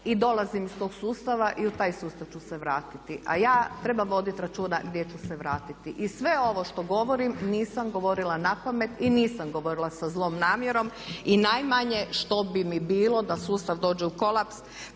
i dolazim iz tog sustava i u taj sustav ću se vratiti. A ja, trebam voditi računa gdje ću se vratiti. I sve ovo što govorim nisam govorila napamet i nisam govorila sa zlom namjerom. I najmanje što bi mi bilo da sustav dođe u kolapas.